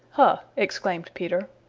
huh! exclaimed peter.